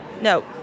No